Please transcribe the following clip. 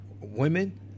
women